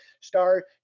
star